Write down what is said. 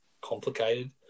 complicated